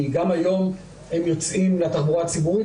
גם היום הם יוצאים לתחבורה הציבורית.